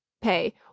pay